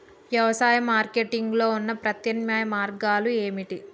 వ్యవసాయ మార్కెటింగ్ లో ఉన్న ప్రత్యామ్నాయ మార్గాలు ఏమిటి?